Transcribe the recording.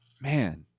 Man